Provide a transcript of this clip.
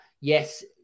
yes